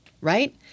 right